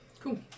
Cool